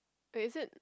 wait is it